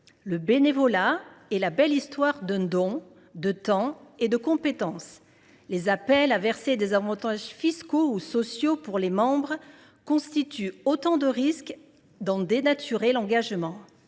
Le bénévolat est la belle histoire d’un don de temps et de compétences. Les appels à prévoir des avantages fiscaux ou sociaux pour les membres d’associations constituent autant de risques d’en dénaturer l’engagement.